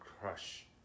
crush